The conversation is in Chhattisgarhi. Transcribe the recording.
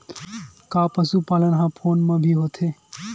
का पशुपालन ह फोन म भी होथे?